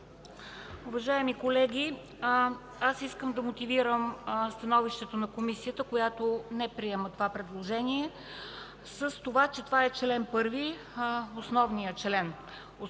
Уважаеми колеги, аз искам да мотивирам становището на Комисията, която не приема това предложение – това е чл. 1, основният член,